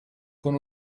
con